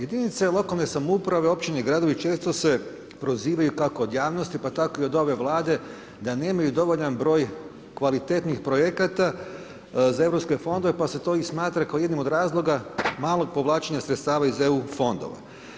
Jedinice lokalne samouprave, općine i gradovi često se prozivaju kako od javnosti, pa tako i od ove Vlade da nemaju dovoljan broj kvalitetnih projekata za europske fondove, pa se to i smatra kao jednim od razloga malog povlačenja sredstava iz EU fondova.